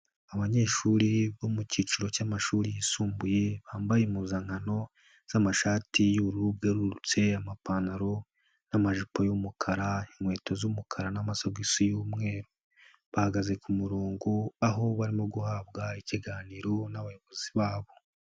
Abanyeshuri bo mu kiciro cy'amashuri yisumbuye bambaye impuzankano z'amashati y'ubururu bwerurutse, amapantaro n'amajipo y'umukara, inkweto z'umukara n'amasogisi y'umweru, bahagaze ku murongo aho barimo guhabwa ikiganiro n'abayobozi babo.